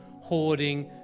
hoarding